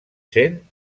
sent